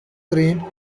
crane